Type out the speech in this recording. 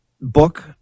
book